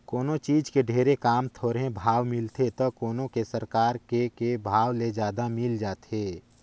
कोनों चीज के ढेरे काम, थोरहें भाव मिलथे त कोनो के सरकार के के भाव ले जादा मिल जाथे